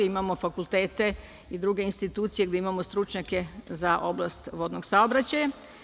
Imamo fakultete i druge institucije gde imamo stručnjake za oblast vodnog saobraćaja?